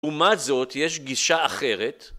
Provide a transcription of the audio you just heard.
לעומת זאת יש גישה אחרת